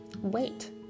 wait